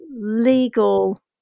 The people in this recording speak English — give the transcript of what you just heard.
legal